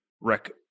wreck